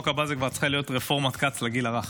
בחוק הבא זאת כבר צריכה להיות רפורמת כץ לגיל הרך.